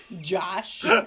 Josh